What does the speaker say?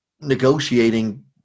negotiating